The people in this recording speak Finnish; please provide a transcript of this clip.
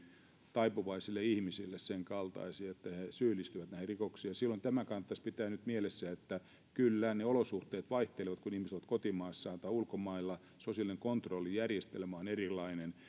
taipuvaisille ihmisille sen kaltaisia että he syyllistyvät näihin rikoksiin tämä kannattaisi pitää nyt mielessä että kyllä ne olosuhteet vaihtelevat kun ihmiset ovat kotimaassaan tai ulkomailla sosiaalinen kontrolli järjestelmä on erilainen